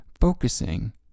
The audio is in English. Focusing